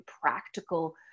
practical